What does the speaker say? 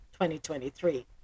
2023